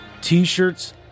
T-shirts